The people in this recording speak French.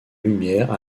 lumière